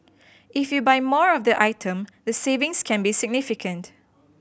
if you buy more of the item the savings can be significant